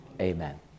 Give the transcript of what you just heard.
Amen